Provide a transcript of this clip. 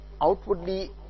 outwardly